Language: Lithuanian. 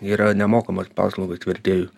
yra nemokamos paslaugos vertėjų